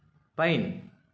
pine